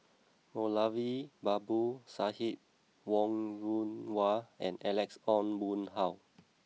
Moulavi Babu Sahib Wong Yoon Wah and Alex Ong Boon Hau